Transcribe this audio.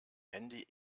handy